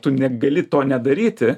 tu negali to nedaryti